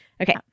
Okay